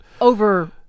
Over